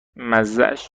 مزهاش